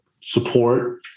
support